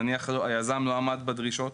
נניח אם היזם לא עמד בדרישות